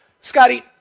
Scotty